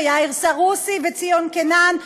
יאיר סרוסי וציון קינן,